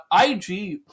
ig